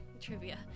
trivia